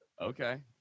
Okay